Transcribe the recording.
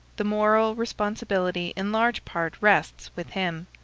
the moral responsibility in large part rests with him.